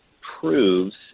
proves